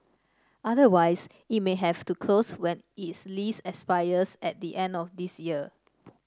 otherwise it may have to close when its lease expires at the end of this year